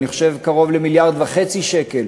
אני חושב שקרוב ל-1.5 מיליארד שקל,